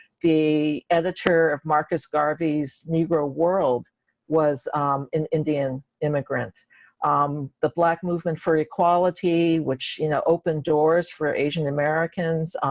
the editor of marcus garvey's negro world was in indian immigrant um the black movement for equality, which you know open doors for asian americans,